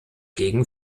gegen